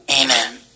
Amen